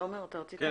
תומר, אתה רצית?